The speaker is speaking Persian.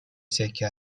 سکه